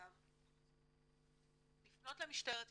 אגב, לפנות למשטרת ישראל.